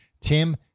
Tim